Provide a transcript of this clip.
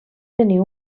tenir